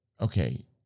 okay